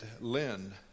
Lynn